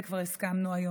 ועל זה כבר הסכמנו היום.